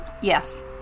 Yes